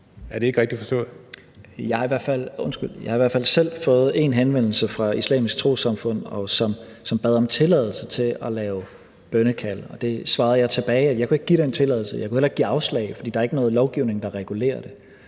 (Mattias Tesfaye): Jeg har i hvert fald selv fået én henvendelse fra Islamisk Trossamfund, som bad om tilladelse til at lave bønnekald, og der svarede jeg tilbage, at jeg ikke kunne give den tilladelse, og at jeg heller ikke kunne give afslag, fordi der ikke er nogen lovgivning, der regulerer det.